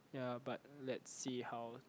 ya but let's see how